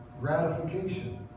gratification